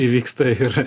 įvyksta ir